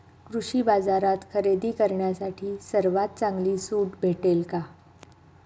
कृषी बाजारात खरेदी करण्यासाठी सर्वात चांगली सूट भेटेल का?